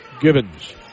Gibbons